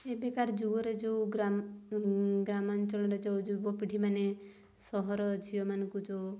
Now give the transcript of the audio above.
ଏବେକାର ଯୁଗରେ ଯେଉଁ ଗ୍ରାମ ଗ୍ରାମାଞ୍ଚଳରେ ଯେଉଁ ଯୁବପିଢ଼ିମାନେ ସହର ଝିଅମାନଙ୍କୁ ଯେଉଁ